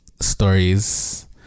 stories